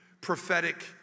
prophetic